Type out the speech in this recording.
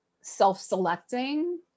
self-selecting